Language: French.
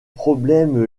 problèmes